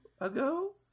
ago